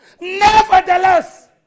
Nevertheless